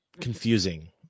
confusing